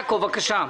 יעקב אשר, בבקשה.